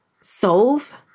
solve